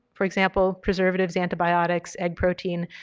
for example, preservatives, antibiotics, egg protein.